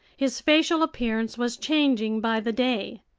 his facial appearance was changing by the day.